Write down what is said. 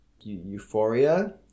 euphoria